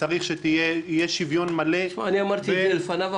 צריך שיהיה שוויון מלא בין --- אני אמרתי את זה לפניו,